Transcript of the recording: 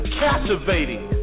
captivating